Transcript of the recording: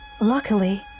Luckily